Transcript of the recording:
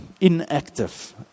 inactive